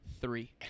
Three